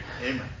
Amen